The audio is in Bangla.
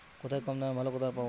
কোথায় কম দামে ভালো কোদাল পাব?